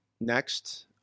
next